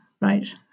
Right